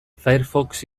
firefox